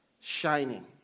shining